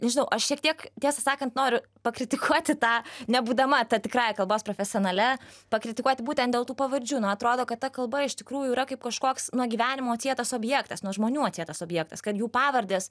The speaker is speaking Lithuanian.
nežinau aš šiek tiek tiesą sakant noriu pakritikuoti tą nebūdama ta tikrąja kalbos profesionale pakritikuoti būtent dėl tų pavardžių atrodo kad ta kalba iš tikrųjų yra kaip kažkoks nuo gyvenimo atsietas objektas nuo žmonių atsietas objektas kad jų pavardės